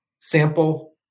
sample